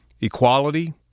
equality